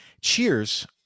Cheers